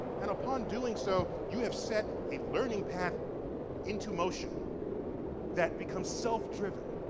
and upon doing so, you have set a learning path into motion that becomes self-driven.